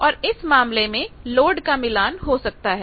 और इस मामले में लोड का मिलान हो सकता है